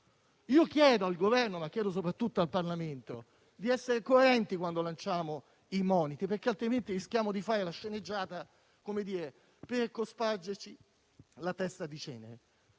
Chiedo al Governo e soprattutto al Parlamento di essere coerenti quando lanciamo i moniti, perché altrimenti rischiamo di fare la sceneggiata per cospargerci la testa di cenere.